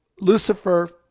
Lucifer